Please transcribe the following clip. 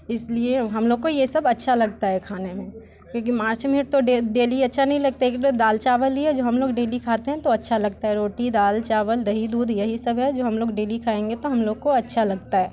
इसलिए हम लोग को ये सब अच्छा लगता है खाने में क्योंकि माछ मिट तो डेली अच्छा नहीं लगता दाल चावल लिया जो हम लोग डेली खाते हैं तो अच्छा लगता है रोटी दाल चावल दही दूध यही सब है जो हम लोग डेली खाएंगे तो हम लोग को अच्छा लगता है